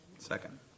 Second